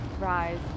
rise